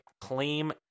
claim